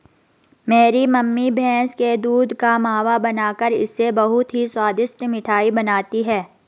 मेरी मम्मी भैंस के दूध का मावा बनाकर इससे बहुत ही स्वादिष्ट मिठाई बनाती हैं